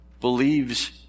believes